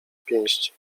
pięści